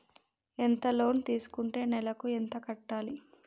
ఎంత లోన్ తీసుకుంటే నెలకు ఎంత కట్టాలి?